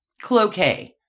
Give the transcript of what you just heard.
Cloquet